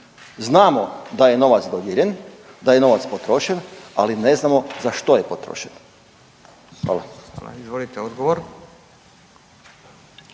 Znamo da je novac dodijeljen, da je novac potrošen, ali ne znamo za što je potrošen. Hvala. **Radin, Furio